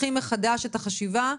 פותחים מחדש את החשיבה,